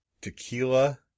Tequila